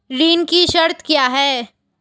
ऋण की शर्तें क्या हैं?